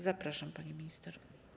Zapraszam, pani minister.